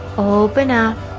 open up